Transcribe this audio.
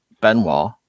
Benoit